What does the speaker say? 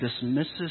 dismisses